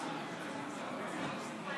47,